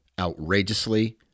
outrageously